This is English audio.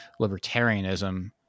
libertarianism